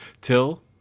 till